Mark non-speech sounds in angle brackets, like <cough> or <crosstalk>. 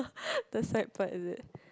<breath> the side part is it